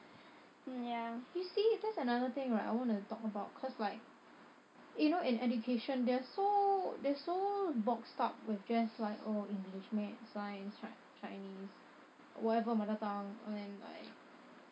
you see that's another thing right I wanna talk about cause like eh you know in education they are so they are so boxed up with just like oh english maths science right chinese whatever mother tongue oh and like